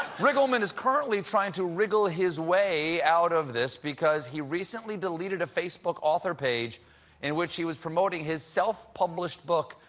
riggleman is currently trying to riggle his way out of this because he recently deleted a facebook author page in which he was promoting his self-published book,